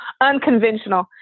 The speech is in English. unconventional